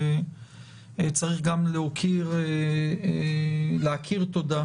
צריך גם להכיר תודה